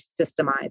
systemize